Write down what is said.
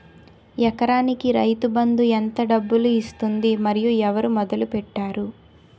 ఎకరానికి రైతు బందు ఎంత డబ్బులు ఇస్తుంది? మరియు ఎవరు మొదల పెట్టారు?